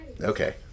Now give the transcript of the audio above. Okay